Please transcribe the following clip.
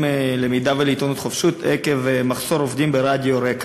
למידע ולעיתונות חופשית עקב מחסור בעובדים ברדיו רק"ע.